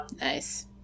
nice